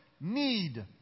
need